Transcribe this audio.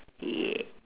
yeah